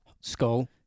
skull